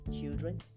children